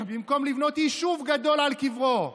במקום לבנות יישוב גדול על קברו,